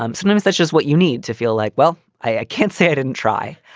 um sometimes that's just what you need to feel like well, i can't say i didn't try.